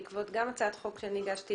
בעקבות הצעת חוק שאני הגשתי